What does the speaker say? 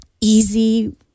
easy